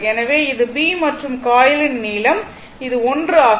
எனவே இது B மற்றும் காயிலின் நீளம் இது l ஆகும்